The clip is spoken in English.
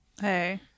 Hey